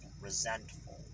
resentful